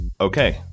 Okay